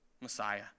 Messiah